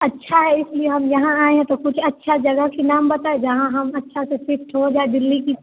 अच्छा है इसलिए हम यहाँ आए है तो कुछ अच्छी जगह के नाम बताए जहाँ हम अच्छे से फिट हो जाए दिल्ली की